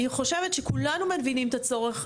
אני חושבת שכולנו מבינים את הצורך,